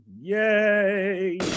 Yay